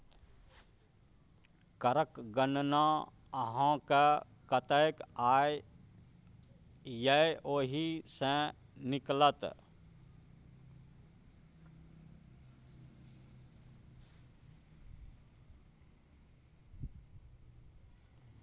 करक गणना अहाँक कतेक आय यै ओहि सँ निकलत